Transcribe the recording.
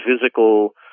physical